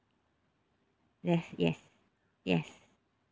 yes yes yes